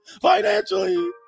financially